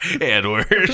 Edward